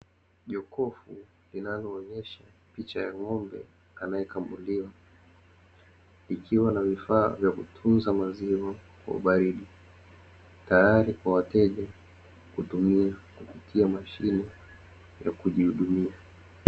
Jokofu linaloonyesha picha ya ng'ombe anaekamuliwa, likiwa na vifaa vya kutunza maziwa kwa ubaridi tayari kwa wateja kutumia kupitia mashine ya kujihudumia.